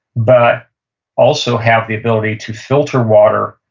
but also have the ability to filter water,